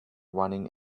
running